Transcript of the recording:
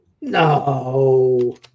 No